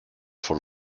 von